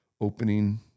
opening